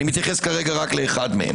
אחד מהם